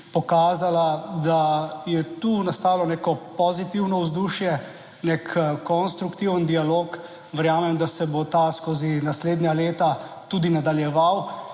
da je tu nastalo neko pozitivno vzdušje, nek konstruktiven dialog. Verjamem, da se bo ta skozi naslednja leta tudi nadaljeval